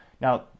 Now